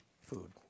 food